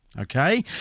Okay